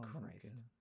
Christ